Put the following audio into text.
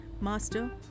Master